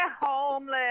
homeless